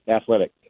Athletic